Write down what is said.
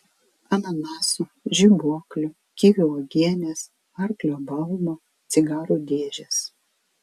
ananasų žibuoklių kivių uogienės arklio balno cigarų dėžės